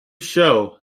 show